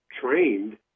trained